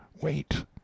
wait